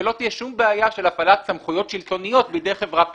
ולא תהיה שום בעיה של הפעלת סמכויות שלטוניות בידי חברה פרטית.